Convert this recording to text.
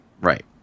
Right